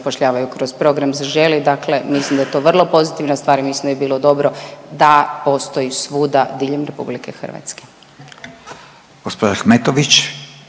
zapošljavaju kroz program „Zaželi“, dakle mislim da je to vrlo pozitivna stvar i mislim da bi bilo dobro da postoji svuda diljem RH. **Radin, Furio